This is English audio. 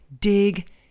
dig